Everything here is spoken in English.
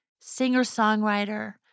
singer-songwriter